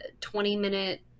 20-minute